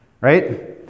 right